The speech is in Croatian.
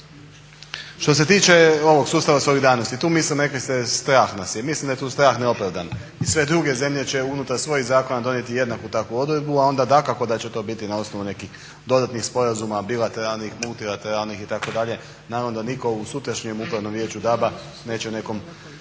Što se tiče ovog sustava solidarnosti, tu mislim rekli ste strah nas je. Mislim da je tu strah neopravdan i sve druge zemlje će unutar svojih zakona donijeti jednaku takvu odredbu, a onda dakako da će to biti na osnovu nekih dodatnih sporazuma, bilateralnih, multilateralnih itd. Naravno da nitko u sutrašnjem upravnom vijeću DABA neće nekom